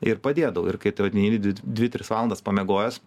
ir padėdavo ir kai tu neini di di dvi tris valandas pamiegojęs